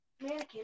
American